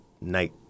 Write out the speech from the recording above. night